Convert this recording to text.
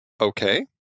okay